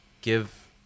give